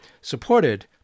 supported